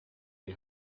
die